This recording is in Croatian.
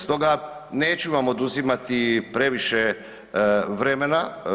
Stoga neću vam oduzimati previše vremena.